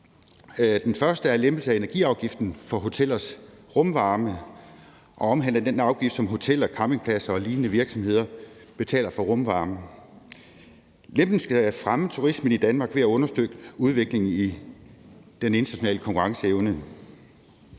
Den første er lempelse af energiafgiften for hotellers rumvarme og omhandler den afgift, som hoteller, campingpladser og lignende virksomheder betaler for rumvarme. Lempelsen skal fremme turismen i Danmark ved at understøtte udviklingen i den internationale konkurrenceevne.